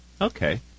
Okay